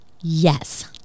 Yes